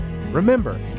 Remember